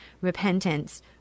repentance